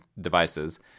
devices